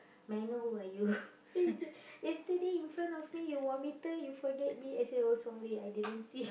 may I know who are you then she say yesterday in front of me you vomited you forget me I say oh sorry I didn't see